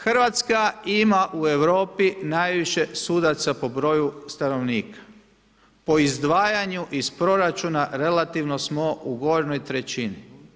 Hrvatska ima u Europi najviše sudaca po broju stanovnika, po izdvajanju iz proračuna relativno smo u gornjoj trećini.